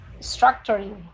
structuring